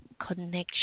connection